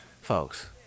Folks